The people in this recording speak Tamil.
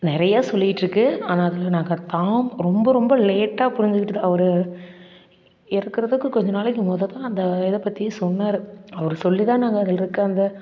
நிறையா சொல்லிக்கிட்டுருக்கு ஆனால் அதில் நான் கட் காம் ரொம்ப ரொம்ப லேட்டா புரிஞ்சுக்கிட்டு தான் அவரு இறக்கறதுக்கும் கொஞ்சம் நாளைக்கு மொத தான் அந்த இதை பற்றி சொன்னாரு அவரு சொல்லி தான் நாங்கள் அதுல்ருக்க அந்த